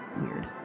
weird